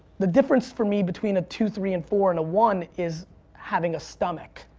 the difference for me between a two, three, and four, and a one is having a stomach.